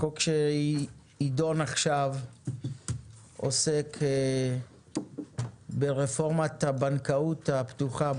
החוק שיידון עכשיו עוסק ברפורמת הבנקאות הפתוחה,